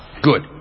Good